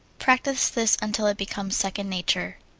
practise this until it becomes second nature.